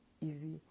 easy